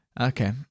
Okay